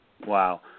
Wow